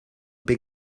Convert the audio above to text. big